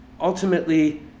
ultimately